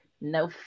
no